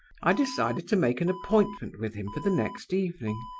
i decided to make an appointment with him for the next evening,